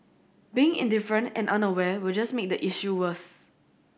being indifferent and unaware will just make the issue worse